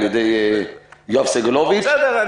בסדר.